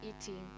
eating